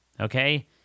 Okay